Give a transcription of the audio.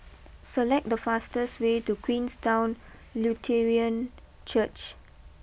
select the fastest way to Queenstown Lutheran Church